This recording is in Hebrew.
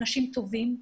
אנשים טובים,